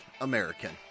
American